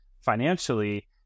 financially